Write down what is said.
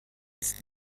ist